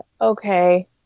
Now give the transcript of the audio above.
Okay